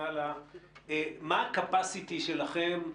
מה הקפסיטי שלכם?